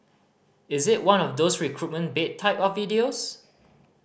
is it one of those recruitment bait type of videos